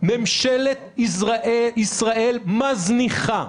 ממשלת ישראל מזניחה,